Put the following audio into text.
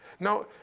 now,